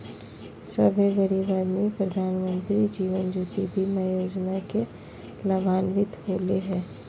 सभे गरीब आदमी प्रधानमंत्री जीवन ज्योति बीमा योजना से लाभान्वित होले हें